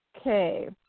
okay